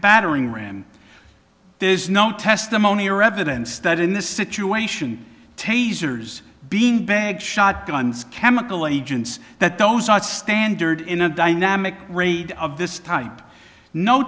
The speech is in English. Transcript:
battering ram there's no testimony or evidence that in this situation tasers being bag shotguns chemical agents that those are standard in a dynamic range of this type no